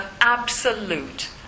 absolute